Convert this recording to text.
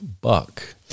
Buck